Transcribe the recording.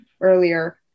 earlier